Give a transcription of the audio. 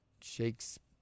Shakespeare